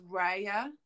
raya